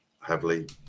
heavily